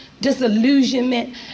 disillusionment